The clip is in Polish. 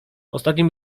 ostatnim